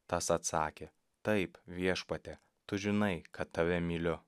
tas atsakė taip viešpatie tu žinai kad tave myliu